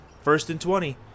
first-and-twenty